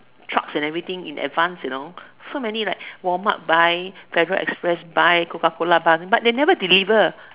trucks and everything in advance you know so many like warm up buy travel express buy Coca-Cola buy but they never deliver